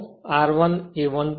તેથી R 1 એ 1